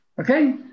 Okay